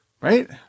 right